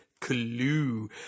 Clue